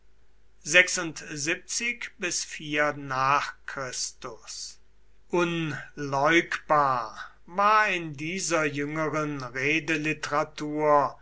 bis nach chr unleugbar war in dieser jüngeren